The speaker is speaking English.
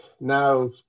now